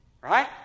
Right